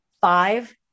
five